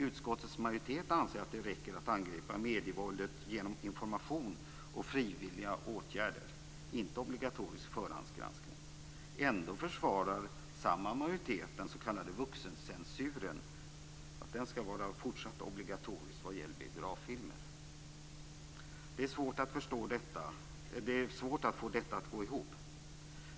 Utskottets majoritet anser att det räcker att angripa medievåldet genom information och frivilliga åtgärder, inte obligatorisk förhandsgranskning. Ändå försvarar samma majoritet att den s.k. vuxencensuren skall vara fortsatt obligatorisk för biograffilmer. Det är svårt att få detta att gå ihop.